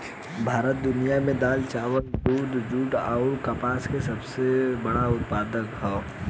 भारत दुनिया में दाल चावल दूध जूट आउर कपास के सबसे बड़ उत्पादक ह